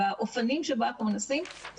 והאופנים שבהם אנחנו מנסים,